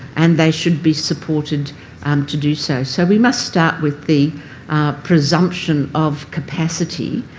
and they should be supported and to do so. so we must start with the presumption of capacity.